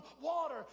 water